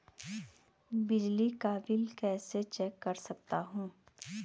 बिजली का बिल कैसे चेक कर सकता हूँ?